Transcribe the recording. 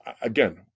again